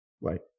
Right